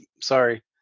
Sorry